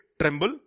tremble